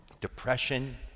depression